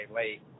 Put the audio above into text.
late